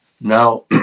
Now